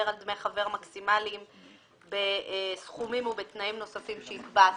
על דמי חבר מקסימליים בסכומים ובתנאים נוספים שיקבע השר.